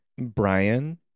Brian